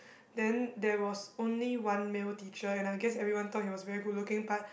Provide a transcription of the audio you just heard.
then there was only one male teacher and I guess everyone thought he was very good looking but